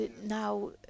Now